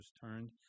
turned